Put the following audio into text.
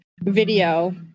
video